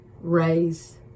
raise